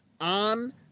on